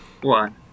one